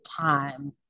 time